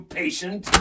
patient